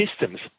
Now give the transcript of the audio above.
systems